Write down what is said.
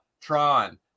Tron